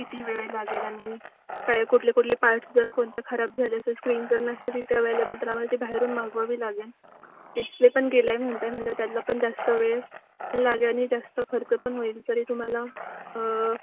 किती वेळ लागेल आणि काय कुठले कुठले पार्ट्स जर कोणत्या खराब झाले असेल स्क्रीन जर नसेल तिथे अव्हेलेबल त्याला आम्हाला ते बाहेरून मागवावी लागेल डिस्प्ले पण गेला आहे म्हणताय म्हटलं त्याला पण जास्त वेळ पण लागेल आणि जास्त खर्च पण होईल तरी तुम्हाला